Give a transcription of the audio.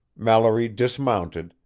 mallory dismounted,